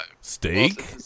Steak